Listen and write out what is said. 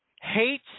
hate